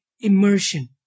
immersion